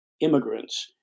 Immigrants